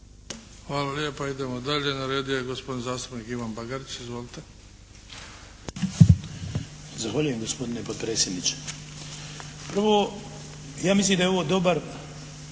Hvala lijepa. Idemo dalje. Na redu je gospodin zastupnik Ivan Bagarić. Izvolite. **Bagarić, Ivan (HDZ)** Zahvaljujem gospodine potpredsjedniče. Prvo, ja mislim da je ovo dobar,